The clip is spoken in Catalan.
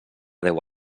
deu